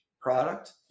product